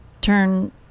turn